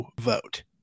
vote